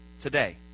today